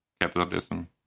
capitalism